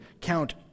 count